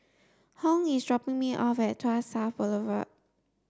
Hung is dropping me off at Tuas South Boulevard